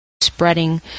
spreading